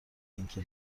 اینکه